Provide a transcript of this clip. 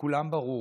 לכולם ברור